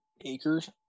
Acres